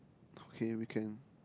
okay we can